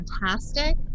fantastic